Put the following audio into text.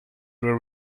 were